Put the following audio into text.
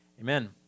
Amen